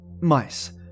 Mice